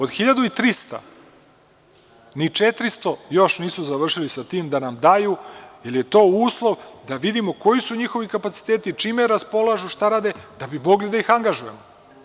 Od 1300, ni 400 još nisu završili sa tim da nam daju, jer je to uslov da vidimo koji su njihovi kapaciteti, čime raspolažu, šta rade, da bi mogli da ih angažujemo.